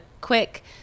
quick